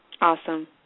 Awesome